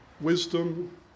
wisdom